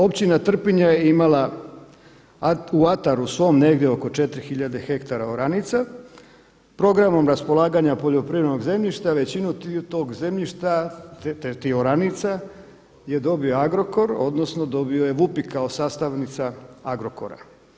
Općina Trpinja je imala u ataru svom negdje oko 4 tisuće hektara oranica, programom raspolaganja poljoprivrednog zemljišta većinu tog zemljišta, tih oranica je dobio Agrokor odnosno dobio je Vupik kao sastavnica Agrokora.